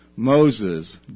Moses